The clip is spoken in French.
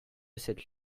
cette